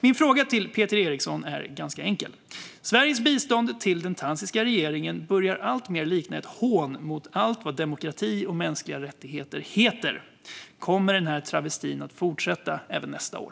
Min fråga till Peter Eriksson är enkel: Sveriges bistånd till den tanzaniska regeringen börjar alltmer likna ett hån mot allt vad demokrati och mänskliga rättigheter heter. Kommer travestin att fortsätta även nästa år?